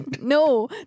No